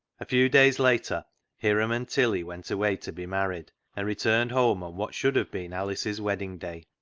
a few days later hiram and tilly went away to be married, and returned home on what should have been alice's wedding-day.